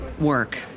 work